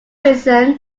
reason